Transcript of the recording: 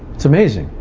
it's amazing.